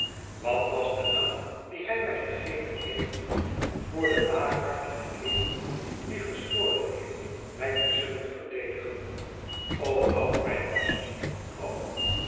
wat was de naam dien hi mij gegeven heeft voor den laaghartigen kerel die gezworen heeft mij te zullen verdedigen houd mij vast